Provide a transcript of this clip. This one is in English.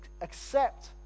accept